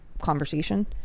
conversation